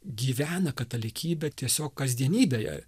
gyvena katalikybė tiesiog kasdienybėje